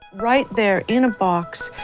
right there, in a box,